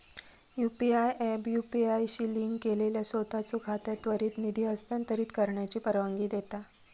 UPI app UPI शी link केलेल्या सोताचो खात्यात त्वरित निधी हस्तांतरित करण्याची परवानगी देता